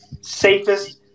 safest